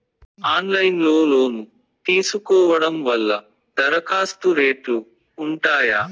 Online లో loan తీసుకోవడం వల్ల దరఖాస్తు రేట్లు ఉంటాయా?